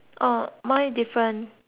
different